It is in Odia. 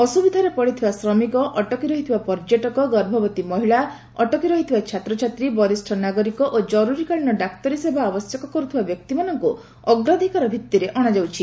ଅସୁବିଧାରେ ପଡ଼ିଥିବା ଶ୍ରମିକ ଅଟକି ରହିଥିବା ପର୍ଯ୍ୟଟକ ଗର୍ଭବତୀ ମହିଳା ଅଟକି ରହିଥିବା ଛାତ୍ରଛାତ୍ରୀ ବରିଷ୍ଣ ନାଗରିକ ଓ ଜର୍ରରୀକାଳୀନ ଡାକ୍ତରୀ ସେବା ଆବଶ୍ୟକ କର୍ତ୍ଥବା ବ୍ୟକ୍ତିମାନଙ୍କୁ ଅଗ୍ରାଧିକାର ଭିଭିରେ ଅଶାଯାଉଛି